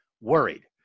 worried